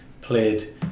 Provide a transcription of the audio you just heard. played